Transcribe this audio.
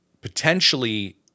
potentially